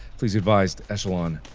please advise, echelon.